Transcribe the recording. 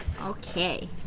Okay